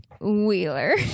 Wheeler